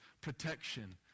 protection